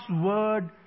word